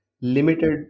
limited